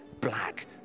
black